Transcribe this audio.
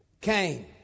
came